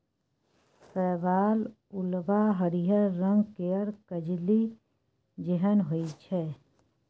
शैवाल उल्वा हरिहर रंग केर कजली जेहन होइ छै